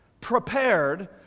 prepared